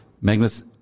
Magnus